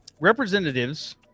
representatives